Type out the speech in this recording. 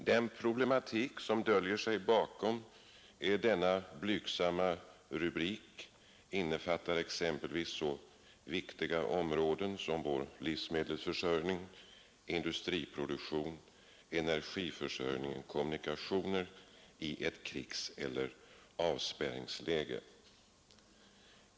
Den problematik som döljer sig bakom denna blygsamma rubrik omfattar exempelvis så viktiga områden som vår livsmedelsförsörjning, industriproduktion, energiförsörjning och kommunikationer i ett krigseller avspärrningsläge.